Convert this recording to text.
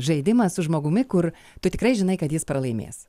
žaidimą su žmogumi kur tu tikrai žinai kad jis pralaimės